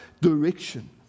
direction